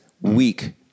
week